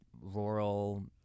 rural